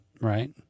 right